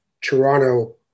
Toronto